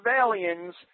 aliens